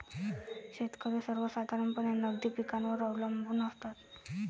शेतकरी सर्वसाधारणपणे नगदी पिकांवर अवलंबून असतात